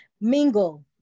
mingle